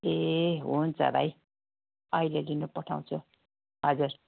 ए हुन्छ भाइ अहिले लिनु पठाउँछु हजुर